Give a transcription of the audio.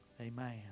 Amen